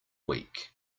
week